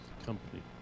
company